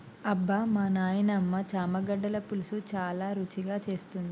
అబ్బమా నాయినమ్మ చామగడ్డల పులుసు చాలా రుచిగా చేస్తుంది